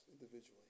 individually